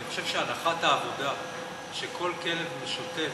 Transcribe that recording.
אני חושב שהנחת העבודה שכל כלב משוטט